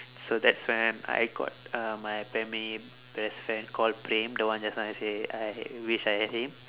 so that's when I got uh my primary best friend called praem the one just now I say I wished I had him